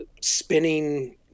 spinning